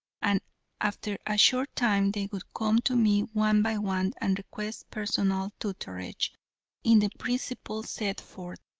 and after a short time they would come to me one by one and request personal tutorage in the principles set forth.